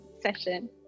session